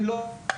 הם לא ---.